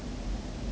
orh 对